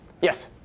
Yes